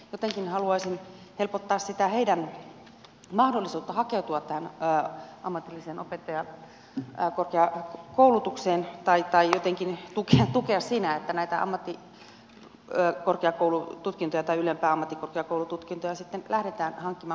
jotenkin haluaisin helpottaa sitä heidän mahdollisuuttaan hakeutua ammatilliseen opettajakorkeakoulutukseen tai jotenkin tukea siinä että tätä ammattikorkeakoulututkintoa tai ylempää ammattikorkeakoulututkintoa lähdetään hankkimaan